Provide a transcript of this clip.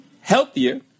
healthier